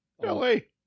Billy